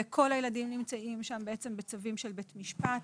וכל הילדים נמצאים שם בעצם בצווים של בית משפט,